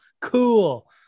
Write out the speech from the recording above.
Cool